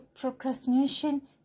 procrastination